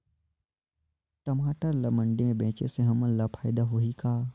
टमाटर ला मंडी मे बेचे से हमन ला फायदा होही का?